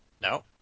No